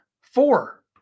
Four